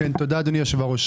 תודה, אדוני היושב-ראש.